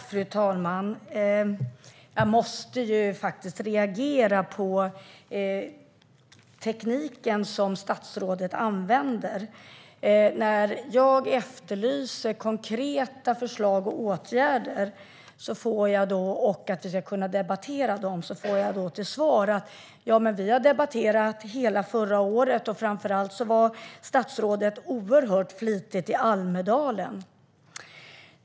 Fru talman! Jag måste reagera på den debatteknik som statsrådet använder sig av. När jag efterlyste konkreta förslag och åtgärder och att vi ska kunna debattera dem får jag till svar: Ja, men vi har debatterat hela förra året. Framför allt har statsrådet varit oerhört flitig i Almedalen.